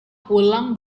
pulang